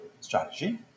strategy